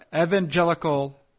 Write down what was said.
evangelical